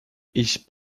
ich